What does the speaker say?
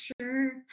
sure